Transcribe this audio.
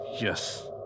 Yes